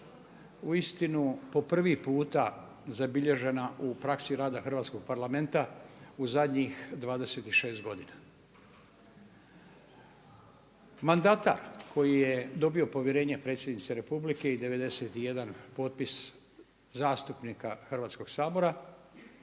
uistinu po prvi puta zabilježena u praksi rada Hrvatskog parlamenta u zadnjih 26 godina. Mandatar koji je dobio povjerenje predsjednice republike i 91 potpis zastupnika Hrvatskog sabora